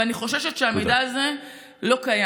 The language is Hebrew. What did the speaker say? ואני חוששת שהמידע הזה פשוט